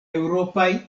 eŭropaj